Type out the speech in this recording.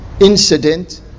incident